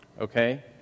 okay